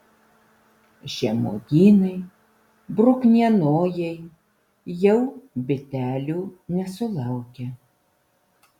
žemuogynai bruknienojai jau bitelių nesulaukia